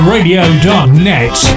Radio.net